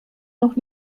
noch